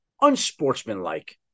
unsportsmanlike